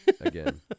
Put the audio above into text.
again